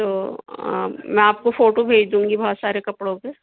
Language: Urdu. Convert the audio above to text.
تو میں آپ کو فوٹو بھیج دوں گی بہت سارے کپڑوں پہ